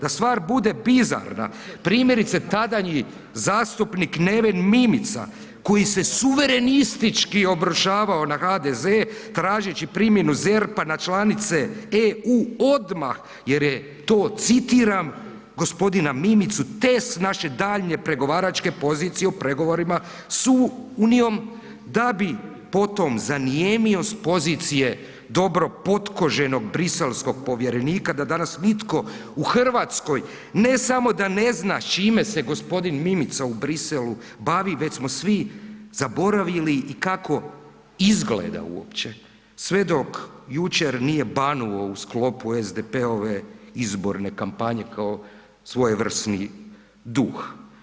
Da stvar bude bizarna, primjerice tadanji zastupnik Neven Mimica koji se suverenistički obrušavao na HDZ tražeći primjenu ZERP-a na članice EU odmah jer je to citiram gospodina Mimicu test naše dalje pregovaračke pozicije u pregovorima s Unijom da bi potom zanijemio s pozicije dobro potkoženog briselskog povjerenika da nas nitko u Hrvatskoj ne samo da ne zna čime se gospodin Mimica u Bruxellesu bavi već smo svi zaboravili i kao izgleda uopće, sve dok jučer nije banuo u sklopu SDP-ove izborne kampanje kao svojevrsni duh.